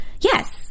Yes